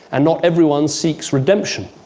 and not everyone seeks redemption.